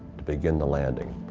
to begin the landing,